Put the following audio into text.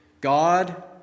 God